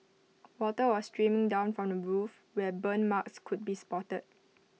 water was streaming down from the roof where burn marks could be spotted